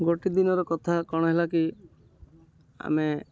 ଗୋଟେ ଦିନର କଥା କ'ଣ ହେଲା କି ଆମେ